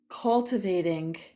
cultivating